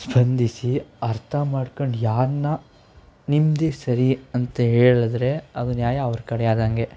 ಸ್ಪಂದಿಸಿ ಅರ್ಥ ಮಾಡ್ಕೊಂಡು ಯಾರನ್ನ ನಿಂದೆ ಸರಿ ಅಂತ ಹೇಳಿದರೆ ಆಗ ನ್ಯಾಯ ಅವ್ರ ಕಡೆ ಆದಂಗೆ